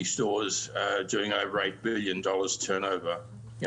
יש לנו 550 חנויות ומחזור של ביליון דולר בשנה באוסטרליה.